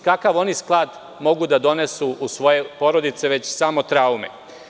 Kakav oni sklad mogu da donesu u svoje porodice, već samo traume?